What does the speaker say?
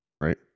right